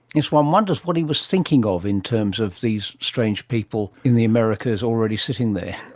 yes, one wonders what he was thinking of in terms of these strange people in the americas already sitting there.